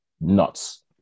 nuts